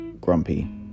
grumpy